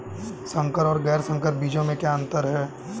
संकर और गैर संकर बीजों में क्या अंतर है?